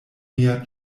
mia